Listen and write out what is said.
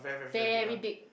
very big